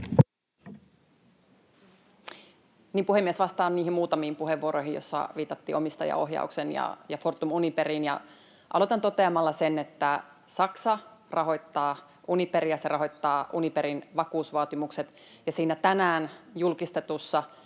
Puhemies! Vastaan niihin muutamiin puheenvuoroihin, joissa viitattiin omistajaohjaukseen ja Fortum-Uniperiin. Aloitan toteamalla sen, että Saksa rahoittaa Uniperia, se rahoittaa Uniperin vakuusvaatimukset, ja siinä tänään julkistetussa